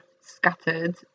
scattered